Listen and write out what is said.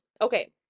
Okay